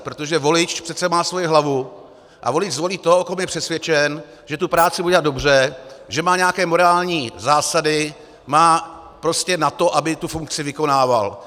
Protože volič přece má svoji hlavu a volič zvolí toho, o kom je přesvědčen, že tu práci bude dělat dobře, že má nějaké morální zásady, má prostě na to, aby tu funkci vykonával.